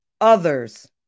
others